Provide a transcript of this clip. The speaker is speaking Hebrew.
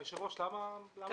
היושב-ראש, למה --?